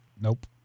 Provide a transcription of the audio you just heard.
Nope